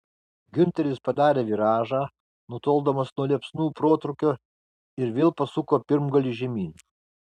giunteris padarė viražą nutoldamas nuo liepsnų protrūkio ir vėl pasuko pirmgalį žemyn